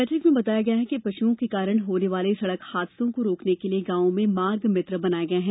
बैठक में बताया गया कि पशुओं के कारण होने वाले सड़क हादसों को रोकने के लिए गॉवों में मार्ग मित्र बनाये गये हैं